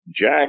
Jack